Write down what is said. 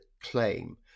claim